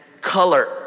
color